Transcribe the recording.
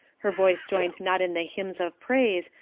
her voice joined not in the hymns of praise,